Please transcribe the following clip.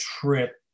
trip